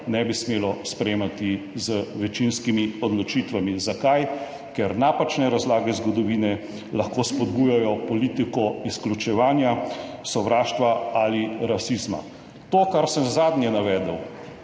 ne bi smelo sprejemati z večinskimi odločitvami. Zakaj? Ker napačne razlage zgodovine lahko spodbujajo politiko izključevanja, sovraštva ali rasizma. To, kar sem zadnje navedel,